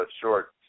short